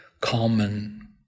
common